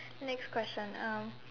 next question um